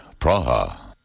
Praha. (